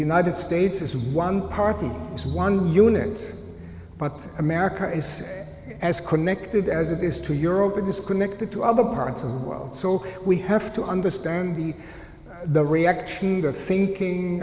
united states is one party as one unit but america is as connected as it is to europe and is connected to other parts of the world so we have to understand the the react the the thinking